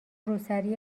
روسری